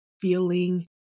feeling